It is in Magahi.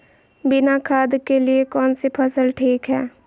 बिना खाद के लिए कौन सी फसल ठीक है?